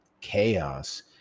chaos